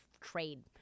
trade